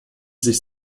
sich